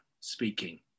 speaking